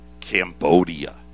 Cambodia